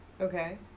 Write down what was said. Okay